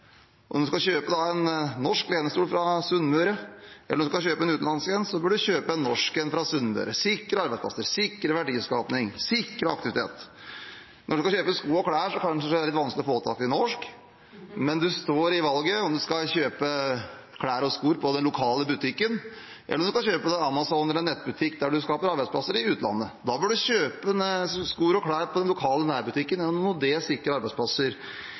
kjøpe en norsk lenestol fra Sunnmøre eller kjøpe en utenlandsk en, bør du kjøpe en norsk en fra Sunnmøre, og sikre arbeidsplasser, sikre verdiskaping, sikre aktivitet. Når du skal kjøpe sko og klær, så er det kanskje litt vanskelig å få tak i norsk, men du står i valget mellom å kjøpe klær og sko på den lokale butikken, eller å kjøpe det på Amazon eller i en nettbutikk, der du skaper arbeidsplasser i utlandet. Da bør du kjøpe sko og klær på den lokale nærbutikken og gjennom det sikre arbeidsplasser